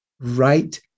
right